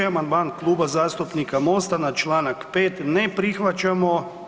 Amandman Kluba zastupnika Mosta na čl. 5 ne prihvaćamo.